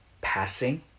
passing